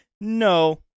no